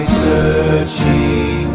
searching